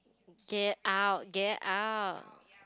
get out get out